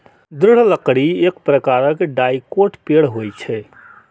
दृढ़ लकड़ी एक प्रकारक डाइकोट पेड़ होइ छै